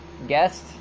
guest